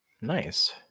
Nice